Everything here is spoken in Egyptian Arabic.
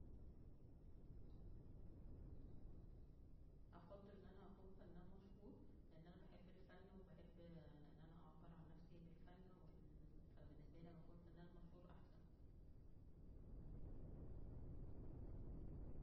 افضل ان انا اكون فنان مشهور, لان انا بحب الفن وبحب ان انا اعبر عن نفسى بالفن وال- فا بالنسبالى لما اكون فنان مشهور احسن